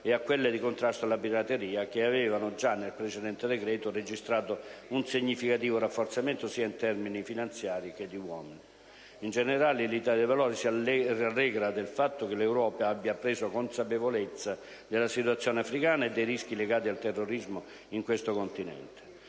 e a quelle di contrasto alla pirateria che avevano già, nel precedente decreto, registrato un significativo rafforzamento sia in termini finanziari, che di uomini. In generale, l'Italia dei Valori si rallegra del fatto che l'Europa abbia preso consapevolezza della situazione africana e dei rischi legati al terrorismo in questo continente.